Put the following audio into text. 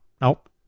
Nope